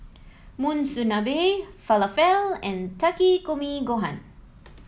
Monsunabe Falafel and Takikomi Gohan